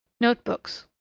notebooks.